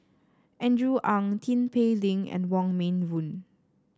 Andrew Ang Tin Pei Ling and Wong Meng Voon